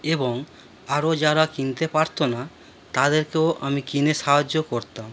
এবং আরও যারা কিনতে পারতো না তাদেরকেও আমি কিনে সাহায্য করতাম